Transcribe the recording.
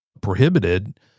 prohibited